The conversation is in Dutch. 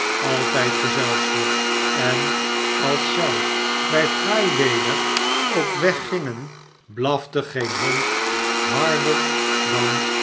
altijd gezelschap en als zij bij fraai weder op weg gingen blafte geen hond harder dan